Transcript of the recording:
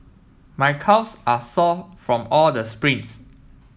my calves are sore from all the sprints